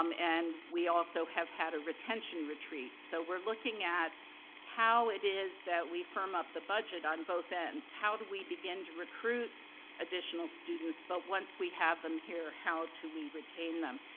um and, we also have had a retention retreat. so, we're looking at how it is that we firm up the budget on both ends. how do we begin to recruit additional students, but once we have them here, how do we retain them?